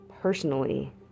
personally